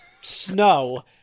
snow